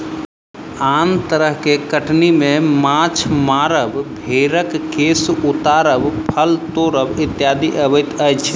आन तरह के कटनी मे माछ मारब, भेंड़क केश उतारब, फल तोड़ब इत्यादि अबैत अछि